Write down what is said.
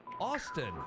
Austin